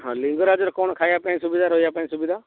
ହଁ ଲିଙ୍ଗରାଜରେ କ'ଣ ଖାଇବା ପାଇଁ ସୁବିଧା ରହିବା ପାଇଁ ସୁବିଧା